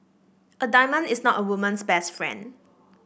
a diamond is not a woman's best friend